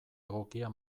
egokia